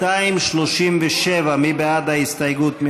237, מי בעד ההסתייגות?